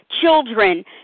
children